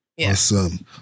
Awesome